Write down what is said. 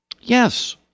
Yes